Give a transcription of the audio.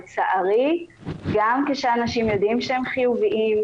לצערי גם כשאנשים יודעים שהם חיוביים,